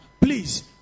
Please